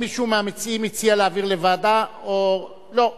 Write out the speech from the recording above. מישהו מהמציעים הציע להעביר לוועדה או לא?